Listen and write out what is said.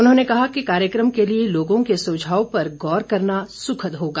उन्होंने कहा कि कार्यक्रम के लिए लोगों के सुझाव पर गौर करना सुखद होगा